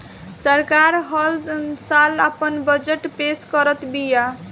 सरकार हल साल आपन बजट पेश करत बिया